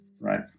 Right